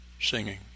singing